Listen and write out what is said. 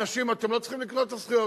אנשים, אתם לא צריכים לקנות את הזכויות.